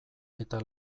eta